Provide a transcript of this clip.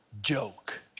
joke